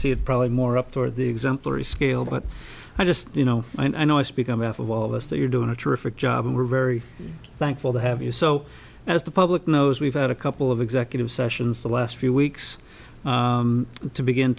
see it probably more up toward the exemplary scale but i just you know i know it's become half of all of us that you're doing a terrific job and we're very thankful to have you so as the public knows we've had a couple of executive sessions the last few weeks to begin